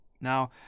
Now